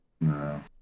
no